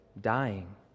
dying